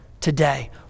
today